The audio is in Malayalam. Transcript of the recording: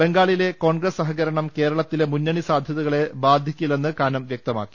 ബംഗാളിലെ കോൺഗ്രസ് സഹകരണം കേരളത്തിലെ മുന്നണി സാധ്യതകളെ ബാധിക്കില്ലെന്ന് കാനം വ്യക്തമാക്കി